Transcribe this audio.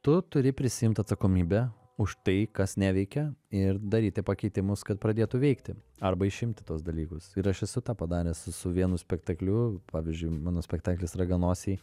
tu turi prisiimt atsakomybę už tai kas neveikia ir daryti pakeitimus kad pradėtų veikti arba išimti tuos dalykus ir aš esu tą padaręs su vienu spektakliu pavyzdžiui mano spektaklis raganosiai